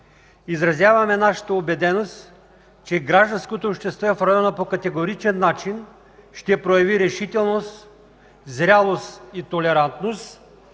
Изразяваме нашата убеденост, че гражданското общество в района по категоричен начин ще прояви решителност, зрялост и толерантност